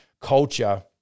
culture